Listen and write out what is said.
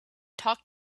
talk